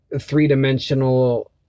three-dimensional